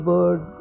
Bird